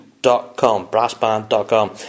Brassband.com